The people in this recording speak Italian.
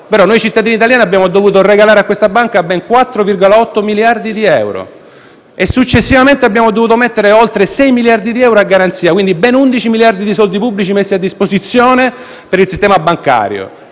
Noi cittadini italiani abbiamo dovuto regalare a questa banca ben 4,8 miliardi di euro e successivamente abbiamo dovuto mettere oltre 6 miliardi di euro a garanzia: ben 11 miliardi di soldi pubblici messi a disposizione per il sistema bancario,